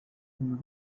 une